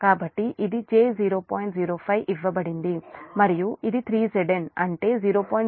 05 ఇవ్వబడింది మరియు ఇది 3Zn అంటే 0